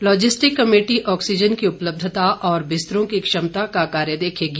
logistic committee oxygen की उपलब्धता और बिस्तरों की क्षमता का कार्य देखेगी